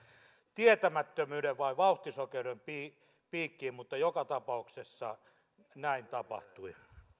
tietämättömyyden vai vauhtisokeuden piikkiin piikkiin mutta joka tapauksessa näin tapahtui